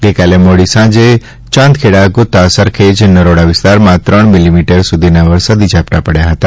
ગઈકાલે મોડી સાંજે ચાંદખેડા ગોતા સરખેજ નરોડા વિસ્તારમાં ત્રણ મીલીમીટર સુધીના વરસાદી ઝાપટા પડ્યા હતા